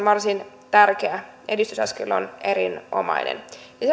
varsin tärkeä edistysaskel on erinomainen lisäksi